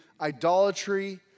idolatry